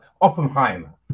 Oppenheimer